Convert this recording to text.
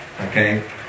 okay